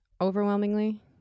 overwhelmingly